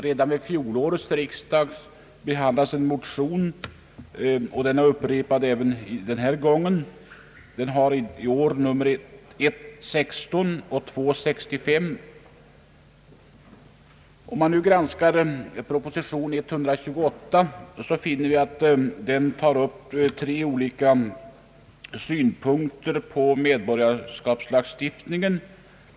Redan vid fjolårets riksdag behandlades en motion som återkommit i år med nr I: 16 och II: 65. Vid granskning av proposition nr 128 finner man att den tar upp tre olika synpunkter på medborgarskapslagstiftningen.